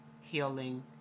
healing